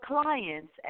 clients